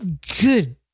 Good